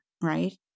right